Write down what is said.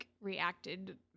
reacted